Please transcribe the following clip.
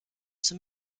zum